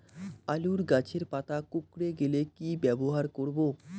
আলুর গাছের পাতা কুকরে গেলে কি ব্যবহার করব?